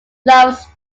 loves